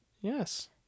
Yes